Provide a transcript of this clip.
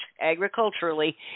agriculturally